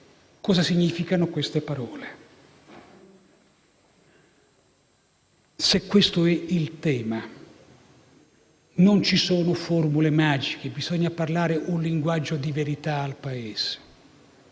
cosa significano queste parole. Se questo è il tema, non ci sono formule magiche; bisogna parlare un linguaggio di verità al Paese;